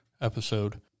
episode